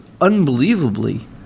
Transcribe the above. unbelievably